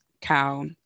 cow